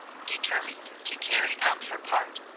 determined to carry out her part,